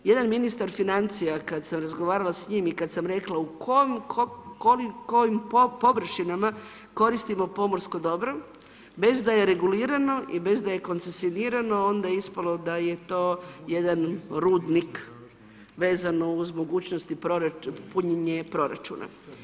Jedan ministar financija kad sam razgovarala s njim i kad sam rekla u kojim površinama koristimo pomorsko dobro, bez da je regulirano i bez da je koncesinirano, onda je ispalo da je to jedan rudnik vezano uz mogućnosti punjenje proračuna.